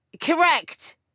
Correct